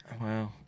Wow